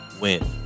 win